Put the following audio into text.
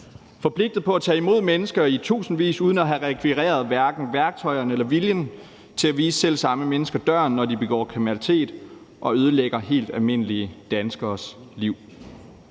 forpligtet på at tage imod mennesker i tusindvis uden at have rekvireret hverken værktøjerne eller viljen til at vise selv samme mennesker døren, når de begår kriminalitet og ødelægger helt almindelige danskeres liv.